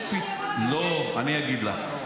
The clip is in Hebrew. לא, אני אגיד לך.